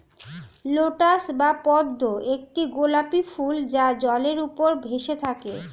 lotus বা পদ্ম একটি গোলাপী ফুল যা জলের উপর ভেসে থাকে